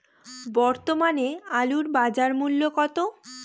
বর্তমানে আলুর বাজার মূল্য কত?